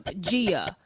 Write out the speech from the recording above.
Gia